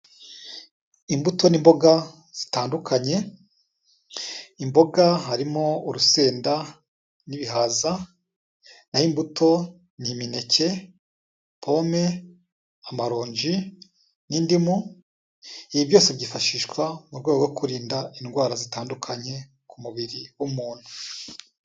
Imbuto n'imboga zitandukanye, imboga harimo urusenda n'ibihaza, n'aho imbuto ni imineke, pome, amaronji n'indimu, ibi byose byifashishwa mu rwego rwo kurinda indwara zitandukanye ku mubiri w'umuntu.